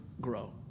grow